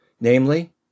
namely